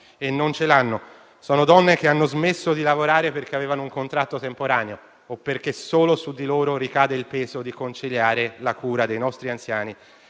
Si tratta magari di donne che hanno smesso di lavorare perché avevano un contratto temporaneo o perché solo su di loro ricade il peso di provvedere alla cura dei nostri anziani